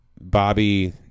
Bobby